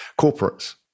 corporates